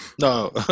no